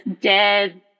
dead